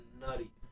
nutty